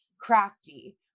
crafty